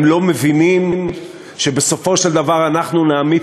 הם לא מבינים שבסופו של דבר אנחנו נעמיד